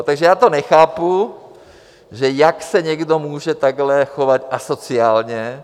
Takže já to nechápu, jak se někdo může takhle chovat asociálně.